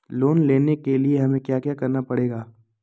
Loan लेने के लिए हमें क्या क्या करना पड़ेगा?